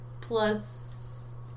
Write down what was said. Plus